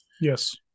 Yes